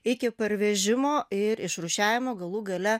iki parvežimo ir išrūšiavimo galų gale